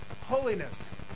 holiness